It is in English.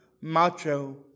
macho